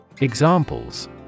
Examples